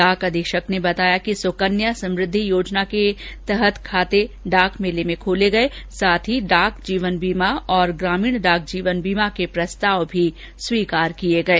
डाक अधीक्षक ने बताया कि सुकन्या समृद्धि योजना के खाते डाक मेले में खोले गए साथ ही डाक जीवन बीमा तथा ग्रामीण डाक जीवन बीमा के प्रस्ताव भी स्वीकार किए गए